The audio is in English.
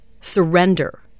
surrender